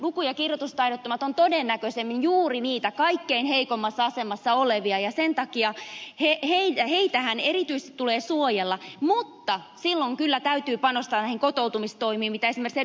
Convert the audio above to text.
nehän luku ja kirjoitustaidottomat ovat todennäköisemmin juuri niitä kaikkein heikoimmassa asemassa olevia ja sen takia heitähän erityisesti tulee suojella mutta silloin kyllä täytyy panostaa näihin kotoutumistoimiin mitä esimerkiksi ed